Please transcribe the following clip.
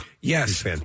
Yes